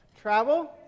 travel